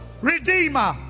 Redeemer